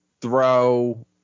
throw